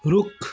रुख